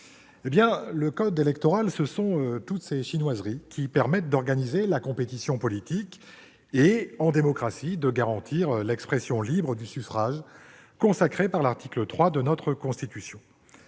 Le code électoral, ce sont toutes ces « chinoiseries » qui permettent d'organiser la compétition politique et, en démocratie, de garantir l'expression libre du suffrage, consacrée par l'article 3 de la Constitution.